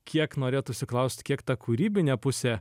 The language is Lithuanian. kiek norėtųsi klaust kiek ta kūrybinė pusė